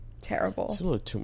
terrible